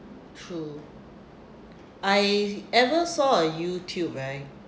true I ever saw a YouTube right